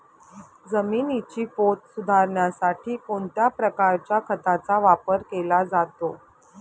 जमिनीचा पोत सुधारण्यासाठी कोणत्या प्रकारच्या खताचा वापर केला जातो?